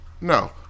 no